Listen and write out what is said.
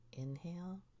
Inhale